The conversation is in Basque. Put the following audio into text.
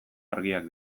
argiak